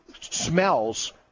smells